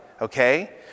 Okay